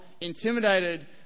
intimidated